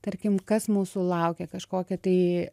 tarkim kas mūsų laukia kažkokia tai